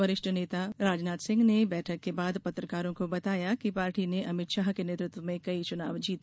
वरिष्ठ पार्टी नेता राजनाथ सिंह ने बैठक के बाद पत्रकारों को बताया कि पार्टी ने अमित शाह के नेतृत्व में कई चुनाव जीते